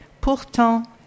pourtant